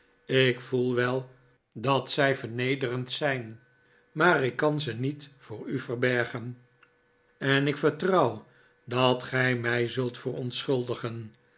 ik voel wel dat zij vernederend zijn maar ik kan ze niet voor u verbergen en ik vertrouw dat gij mij zult